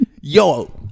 Yo